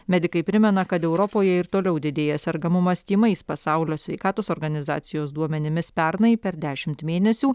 medikai primena kad europoje ir toliau didėja sergamumas tymais pasaulio sveikatos organizacijos duomenimis pernai per dešimt mėnesių